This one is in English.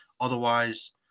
Otherwise